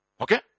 Okay